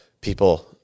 people